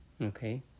Okay